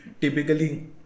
typically